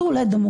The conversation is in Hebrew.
זו לא דמוקרטיה.